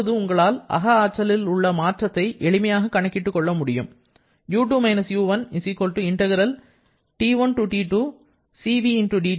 இப்போது உங்களால் அக ஆற்றலில் உள்ள மாற்றத்தை எளிமையாக கணக்கிட்டுக் கொள்ள முடியும்